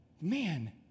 man